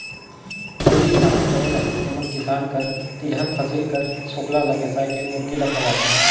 मुरगी पालन करे रहथें तेमन किसान कर तिलहन फसिल कर छोकला ल बेसाए के मुरगी ल खवाथें